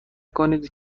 کنید